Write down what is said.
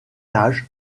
âge